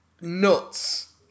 nuts